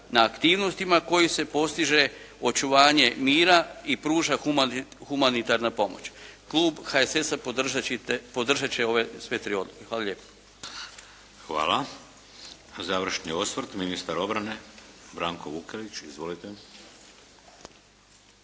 na aktivnostima kojim se postiže očuvanje mira i pruža humanitarna pomoć. Klub HSS-a podržat će ove sve tri odluke. Hvala lijepo. **Šeks, Vladimir (HDZ)** Hvala. Završni osvrt, ministar obrane Branko Vukelić. Izlite.